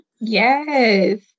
Yes